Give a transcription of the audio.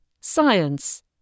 Science